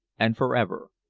and for ever.